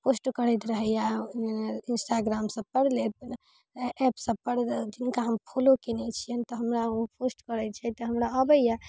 post करैत रहैय Instagram सबपर अइ ऐप सबपर जिनका हम फॉलो केने छियनि तऽ हमरा ओ पोस्ट करै छै तऽ हमरा अबैय